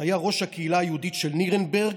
שהיה ראש הקהילה היהודית של נירנברג.